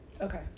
Okay